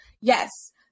yes